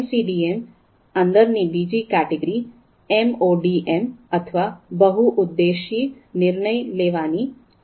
એમસીડીએમની અંદરની બીજી category MODM અથવા બહુ ઉદ્દેશી નિર્ણય લેવાની છે